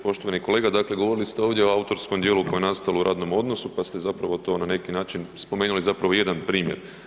Poštovani kolega dakle govorili ste ovdje o autorskom djelu koje je nastalo u radnom odnosu pa ste zapravo to na neki način spomenuli zapravo jedan primjer.